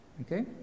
okay